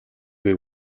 буй